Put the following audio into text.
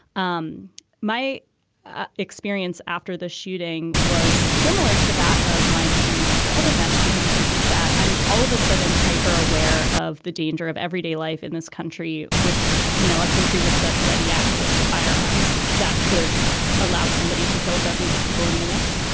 um my ah experience after the shooting was similar to that of my experience after other mass shootings, which is that i'm all of a sudden hyper aware of the danger of everyday life in this country with, you know, a country with such ready access to firearms that could allow somebody to kill dozens of people in minutes.